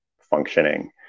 functioning